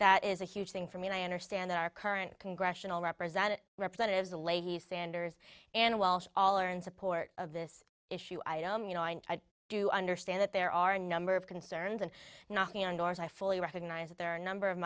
that is a huge thing for me i understand that our current congressional representative representatives leahy sanders and walsh all are in support of this issue you know i do understand that there are a number of concerns and knocking on doors i fully recognize that there are a number of